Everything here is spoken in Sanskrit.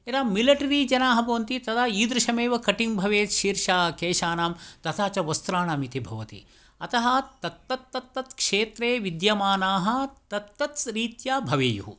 यदा मिलिटरि जनाः भवन्ति तदा ईदृशमेव कटिङ्ग् भवेत् शीर्षकेशानां तथा च वस्त्राणामिति भवति अतः तत्तत्तत् क्षेत्रे विद्यमानाः तत्तत्रीत्या भवेयुः